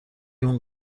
اون